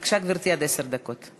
בבקשה, גברתי, עד עשר דקות.